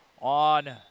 on